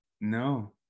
No